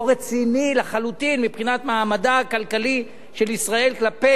רציני לחלוטין מבחינת מעמדה הכלכלי של ישראל כלפי